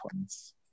points